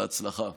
בהצלחה.